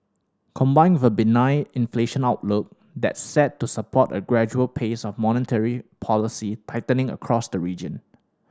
combined with a benign inflation outlook that's set to support a gradual pace of monetary policy tightening across the region